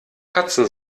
katzen